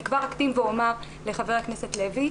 אני כבר אקדים ואומר לחבר הכנסת לוי,